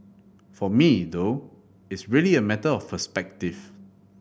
for me though it's really a matter of perspective